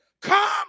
Come